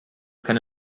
keine